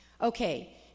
Okay